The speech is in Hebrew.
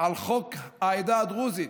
על חוק העדה הדרוזית,